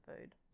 food